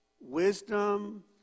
Wisdom